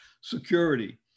security